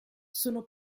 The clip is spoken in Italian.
sono